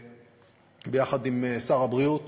ביחד עם שר הבריאות